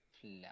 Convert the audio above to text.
flower